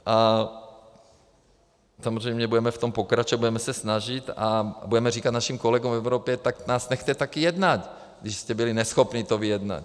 A samozřejmě budeme v tom pokračovat, budeme se snažit a budeme říkat našim kolegům v Evropě tak nás nechte také jednat, když jste byli neschopní to vyjednat.